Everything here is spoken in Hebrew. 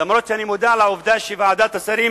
אף-על-פי שאני מודע לעובדה שוועדת השרים